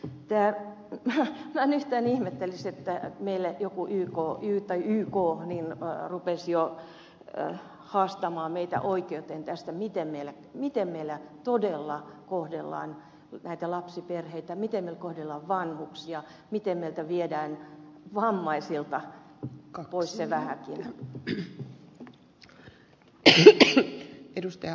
utter pekka männistön ihmetteli sitä minä en yhtään ihmettelisi että yk rupeaisi jo haastamaan meitä oikeuteen tästä miten meillä todella kohdellaan lapsiperheitä miten me kohtelemme vanhuksia miten meillä viedään vammaisilta pois se vähäkin